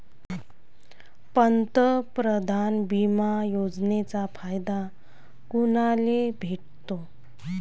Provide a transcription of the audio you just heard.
पंतप्रधान बिमा योजनेचा फायदा कुनाले भेटतो?